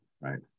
right